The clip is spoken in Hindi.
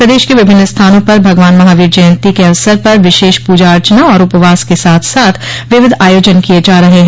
प्रदेश के विभिन्न स्थानों पर भगवान महावीर जयंती के अवसर पर विशेष प्रजा अर्चना और उपवास के साथ साथ विविध आयोजन किये जा रहे हैं